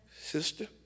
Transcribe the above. sister